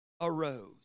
arose